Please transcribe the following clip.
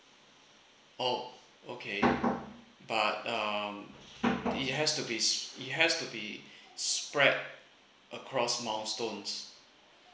oh okay but um it has to be it has to be spread across milestones